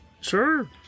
sure